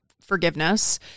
forgiveness